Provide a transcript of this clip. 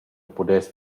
pudess